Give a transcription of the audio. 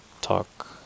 talk